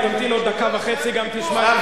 אם תמתין עוד דקה וחצי גם תשמע התייחסות.